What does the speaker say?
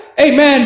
Amen